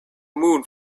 moon